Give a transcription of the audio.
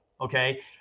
Okay